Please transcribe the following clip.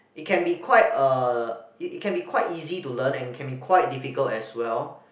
it can be quite uh it it can be quite easy to learn and it can be quite difficult as well